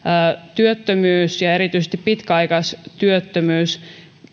työttömyys ja erityisesti pitkäaikaistyöttömyys